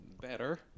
Better